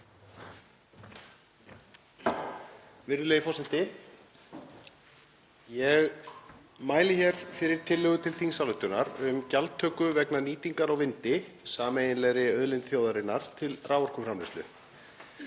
Virðulegi forseti. Ég mæli hér fyrir tillögu til þingsályktunar um gjaldtöku vegna nýtingar á vindi, sameiginlegri auðlind þjóðarinnar, til raforkuframleiðslu.